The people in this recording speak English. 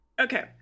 Okay